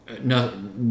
No